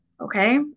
Okay